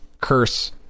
curse